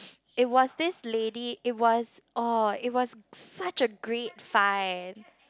it was this lady it was oh it was such a great find